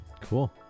Cool